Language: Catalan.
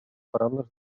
paraules